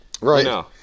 Right